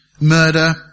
murder